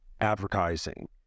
advertising